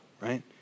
right